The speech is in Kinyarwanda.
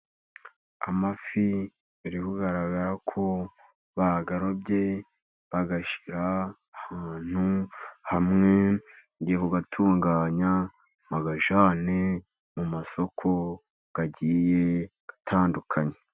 Amafi biri kugaragara ko bayarobye bayashyize ahantu hamwe, bagiye kuyatunganya bayajyane mu masoko agiye atandukanye.